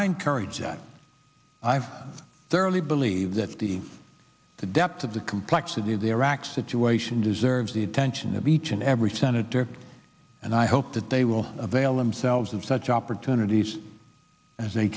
i encourage that i've thoroughly believe that the the depth of the complexity of the iraq situation deserves the attention of each and every senator and i hope that they will avail themselves of such opportunities as they